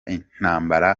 intambara